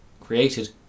created